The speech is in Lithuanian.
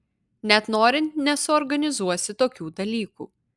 net norint nesuorganizuosi tokių dalykų